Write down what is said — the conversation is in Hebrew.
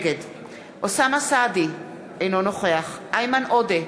נגד אוסאמה סעדי, אינו נוכח איימן עודה,